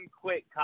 quick